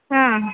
हा